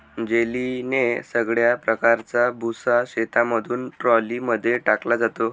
जेलीने सगळ्या प्रकारचा भुसा शेतामधून ट्रॉली मध्ये टाकला जातो